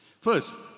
First